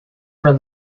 for